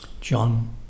John